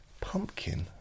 Pumpkin